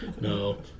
No